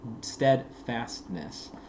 steadfastness